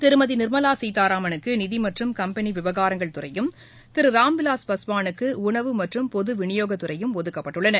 திருமதி நிர்மலா சீதாராமனுக்கு நிதி மற்றும் கம்பெனி விவகாரங்கள் துறையும் திரு ராம்விலாஸ் பாஸ்வானுக்கு உணவு மற்றும் பொது விநியோகத்துறையும் ஒதுக்கப்பட்டுள்ளன